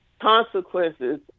consequences